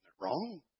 wrong